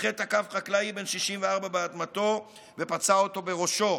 מתנחל תקף חקלאי בן 64 באדמתו ופצע אותו בראשו,